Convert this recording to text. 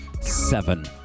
Seven